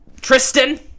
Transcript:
Tristan